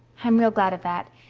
i'm real glad of that.